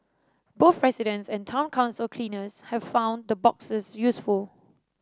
both residents and town council cleaners have found the boxes useful